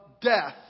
death